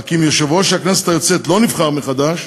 רק אם יושב-ראש הכנסת היוצאת לא נבחר מחדש,